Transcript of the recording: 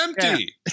empty